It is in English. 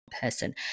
person